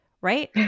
right